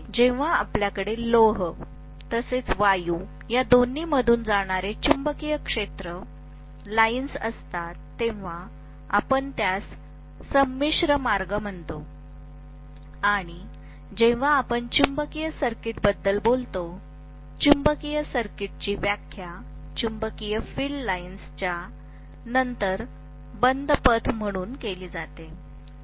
जेव्हा आपल्याकडे लोह तसेच वायू या दोन्हीमधून जाणारे चुंबकीय क्षेत्र लाइन्स असतात तेव्हा आपण त्यास संमिश्र मार्ग म्हणतो आणि जेव्हा आपण चुंबकीय सर्किटबद्दल बोलतो चुंबकीय सर्किटची व्याख्या चुंबकीय फील्ड लाईन्स च्या नंतर बंद पथ म्हणून केली जाते